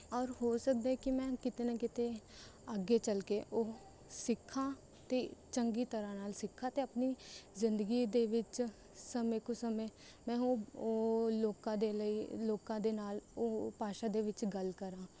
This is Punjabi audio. ਔਰ ਹੋ ਸਕਦਾ ਹੈ ਕਿ ਮੈਂ ਕਿਤੇ ਨਾ ਕਿਤੇ ਅੱਗੇ ਚੱਲ ਕੇ ਉਹ ਸਿੱਖਾਂ ਅਤੇ ਚੰਗੀ ਤਰ੍ਹਾਂ ਨਾਲ ਸਿੱਖਾਂ ਅਤੇ ਆਪਣੀ ਜ਼ਿੰਦਗੀ ਦੇ ਵਿੱਚ ਸਮੇਂ ਕੁ ਸਮੇਂ ਮੈਂ ਉਹ ਉਹ ਲੋਕਾਂ ਦੇ ਲਈ ਲੋਕਾਂ ਦੇ ਨਾਲ ਉਹ ਭਾਸ਼ਾ ਦੇ ਵਿੱਚ ਗੱਲ ਕਰਾਂ